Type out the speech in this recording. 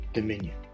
dominion